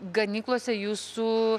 ganyklose jūsų